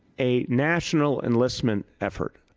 a national enlistment effort,